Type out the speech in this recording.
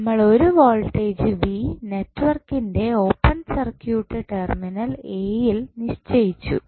നമ്മൾ ഒരു voltage V നെറ്റ്വർക്കിന്റെ ഓപ്പൺ സർക്യൂട്ട് ടെർമിനൽ എയിൽ നിശ്ചയിച്ചു